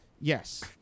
Yes